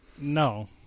No